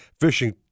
fishing